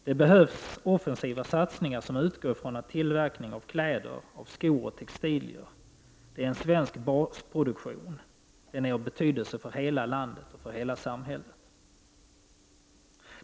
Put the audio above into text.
Det behövs offensiva satsningar som utgår från att tillverkning av kläder, skor och textilier är en svensk basproduktion som är av betydelse för hela landet och för hela samhället.